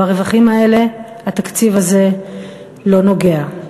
ברווחים האלה התקציב הזה לא נוגע.